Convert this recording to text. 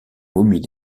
momies